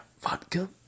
vodka